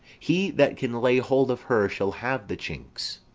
he that can lay hold of her shall have the chinks.